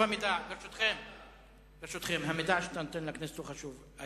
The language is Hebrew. המידע שאתה נותן לכנסת הוא חשוב מאוד.